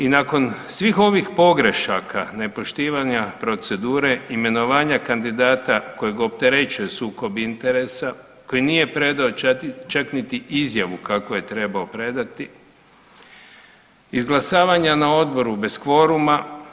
I nakon svih ovih pogrešaka nepoštivanja procedure, imenovanja kandidata kojeg opterećuje sukob interesa, koji nije predao čak niti izjavu kakvu je trebao predati, izglasavanja na odboru bez kvoruma.